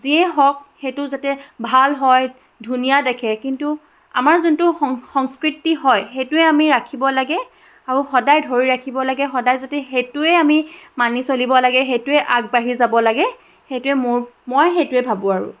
যিয়ে হওক সেইটো যাতে ভাল হয় ধুনীয়া দেখে কিন্তু আমাৰ যোনটো সং সংস্কৃতি হয় সেইটোৱে আমি ৰাখিব লাগে আৰু সদায় ধৰি ৰাখিব লাগে সদায় যদি সেইটোৱে আমি মানি চলিব লাগে সেইটোৱে আগবঢ়ি যাব লাগে সেইটোৱে মোৰ মই সেইটোৱে ভাবোঁ আৰু